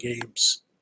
games